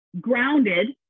grounded